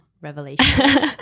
revelation